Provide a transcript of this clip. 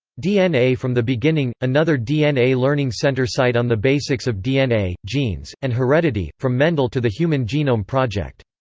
dna from the beginning another dna learning center site on the basics of dna, genes, and heredity, from mendel to the human genome project.